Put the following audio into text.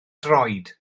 droed